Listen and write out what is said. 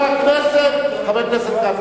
העם בחר.